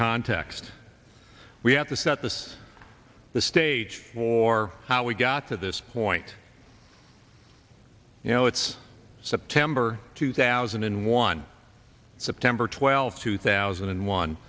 context we have to set this the stage for how we got to this point you know it's september two thousand and one september twelfth two thousand and one